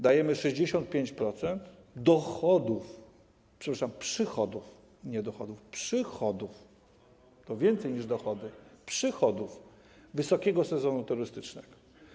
Dajemy 65% dochodów, przepraszam, przychodów, nie dochodów - przychody to więcej niż dochody - przychodów wysokiego sezonu turystycznego.